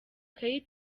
kate